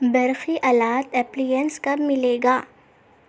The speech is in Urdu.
برقی آلات اپلینس کب ملے گا